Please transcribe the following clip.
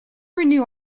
renew